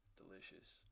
Delicious